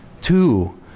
Two